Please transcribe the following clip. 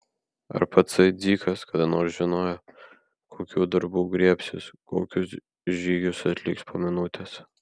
ar patsai dzikas kada nors žinojo kokių darbų griebsis kokius žygius atliks po minutės